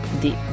deep